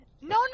No